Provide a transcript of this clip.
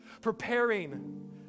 preparing